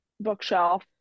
bookshelf